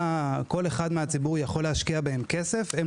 כל אחד מהציבור יכול להשקיע בהן כסף; הן